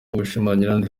ubushyamirane